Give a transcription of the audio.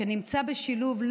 שנמצא בשילוב,